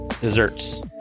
Desserts